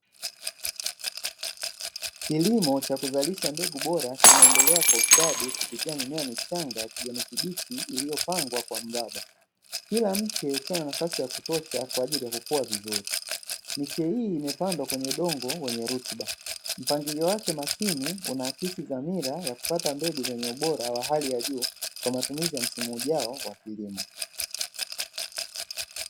Kilimo cha kuzalisha mbegu bora kinaendelea kwa ustadi kupitia mimea michanga ya kijani kibichi iliyopangwa kwa mraba kila mche ukiwa na nafasi ya kutosha kwa ajili ya kukua vizuri, miche hii imepandwa kwenye udongo wenye rutuba, mpangilio wake makini una anaakiisi dhamira ya kupata mbegu zenye ubora wa hali ya juu, kwa matumizi ya msimu ujao wa kilimo.